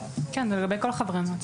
כן, זה לגבי כל חברי המועצה.